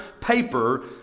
paper